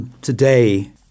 today